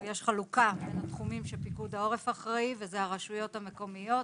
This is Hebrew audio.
יש חלוקה בין התחומים עליהם פיקוד העורף אחראי הרשויות המקומיות,